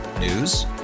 News